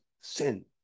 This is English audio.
sin